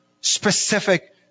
specific